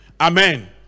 Amen